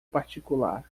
particular